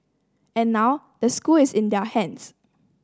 and now the school is in their hands